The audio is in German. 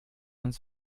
ins